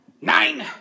Nine